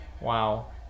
wow